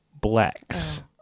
blacks